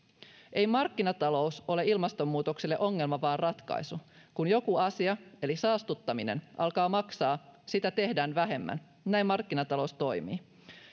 ei markkinatalous ole ilmastonmuutokselle ongelma vaan ratkaisu kun joku asia eli saastuttaminen alkaa maksaa sitä tehdään vähemmän näin markkinatalous toimii